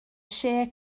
sheer